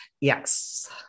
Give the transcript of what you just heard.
Yes